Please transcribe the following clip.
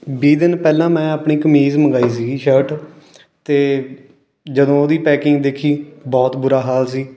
ਵੀਹ ਦਿਨ ਪਹਿਲਾਂ ਮੈਂ ਆਪਣੀ ਕਮੀਜ਼ ਮੰਗਵਾਈ ਸੀਗੀ ਸ਼ਰਟ ਅਤੇ ਜਦੋਂ ਉਹਦੀ ਪੈਕਿੰਗ ਦੇਖੀ ਬਹੁਤ ਬੁਰਾ ਹਾਲ ਸੀ